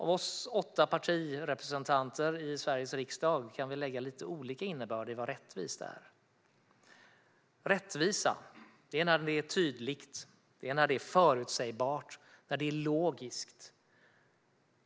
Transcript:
Vi åtta partirepresentanter i Sveriges riksdag kan lägga lite olika innebörd i vad "rättvist" innebär. Rättvisa är när det är tydligt, förutsägbart och logiskt.